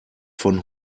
von